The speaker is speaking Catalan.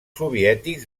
soviètics